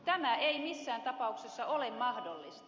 tämä ei missään tapauksessa ole mahdollista